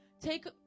take